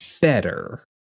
better